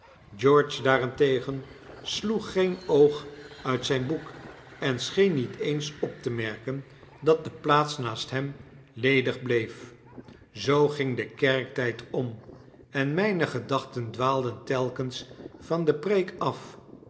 george daarentegen sloeg geen oog uit zyn boek en scheen niet eens op te merken dat de plaats naast hem ledig bleef zoo ging de kerktyd om en myne gedachten dwaalden telkens van de preek af